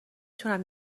تونم